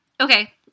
okay